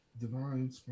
divine